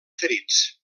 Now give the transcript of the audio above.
ferits